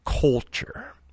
culture